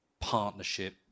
partnership